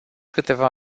câteva